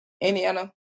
Indiana